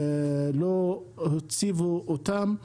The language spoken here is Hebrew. לא הציבו אותן.